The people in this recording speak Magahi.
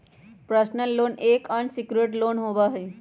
पर्सनल लोन एक अनसिक्योर्ड लोन होबा हई